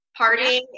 partying